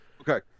Okay